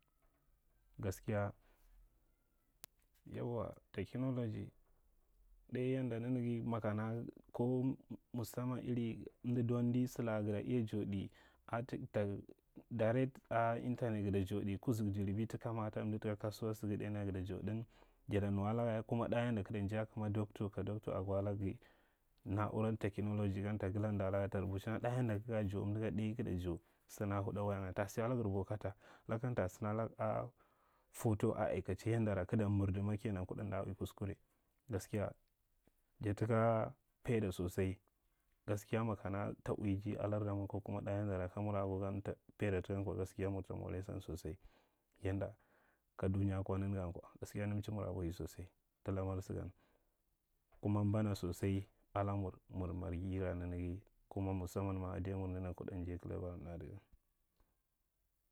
Gaskiya, yauwa technology ɗai yanda nanaga makana ko mussamman iri amda dondi sala gada iya jandi at, tag, dirata internet gada jaudi kuzu gu jarabi ta kamata, amda taka kasuwa saga ɗainya gada jandan jada nuwalaga kuma ɗa yanda kig ta jai a kama dacto ka docto ago lag go na’ura technology gan ta gala laga. Ta rubochin alaga ɗa yanda kaga jau amda gan, ɗai kigta yau sana huɗa wayangan, ta sayalag rubokatai lakan ta sahilag a, foto a aikache, yandara kig ta mirdi ma ke nan kuɗa amda ui kuskure. Gaskiya jata ui kuskune. Gaskiya jata ka paida sosai. Gaskiya ma ta uiji a lardamur kokuma ɗa yandara kamura vagan ta paida tan kwa gaskiya mur mare san sosai, yanda ka dunya kwa nanaga kwa, gaskiya amda mchimur abwahi sosai ta lamar sagan. Kuma mbana sosai alamur mur marghira nanaga kuma mussamman ma kuma mussamman ma adaimur kuɗa njai kalaba ada gan.